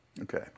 Okay